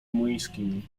młyńskimi